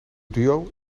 duo